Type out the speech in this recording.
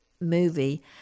movie